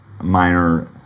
minor